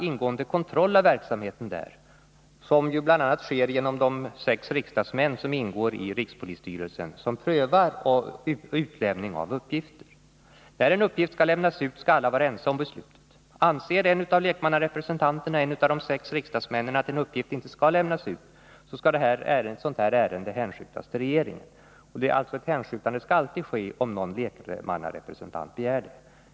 Den kontrolleras emellertid ganska ingående, bl.a. av de sex riksdag n som ingår i rikspolisstyrelsen, som prövar frågor om utlämning av uppgifter. När en uppgift skall lämnas ut skall alla vara överens om beslutet. Anser en av lekmannarepresentanterna, en av de sex riksdagsmännen, att en uppgift inte skall lämnas ut, skall ärendet hänskjutas till regeringen. Ett hänskjutande skall alltid ske om någon lekmannarepresentant begär det.